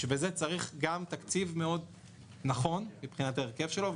בשביל זה צריך תקציב מאוד נכון מבחינת ההרכב שלו,